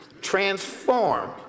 transform